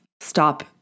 stop